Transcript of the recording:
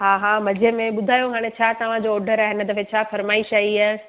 हा हा मजे में ॿुधायो हाणे छा तव्हांजो ऑढर आहे हिन दफ़े छा फरमाइश आईं आहे